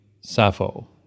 Sappho